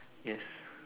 yes